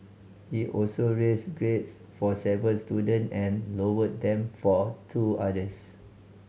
he also raised grades for seven student and lowered them for two others